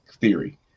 theory